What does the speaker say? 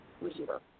receiver